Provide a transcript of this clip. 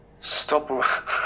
Stop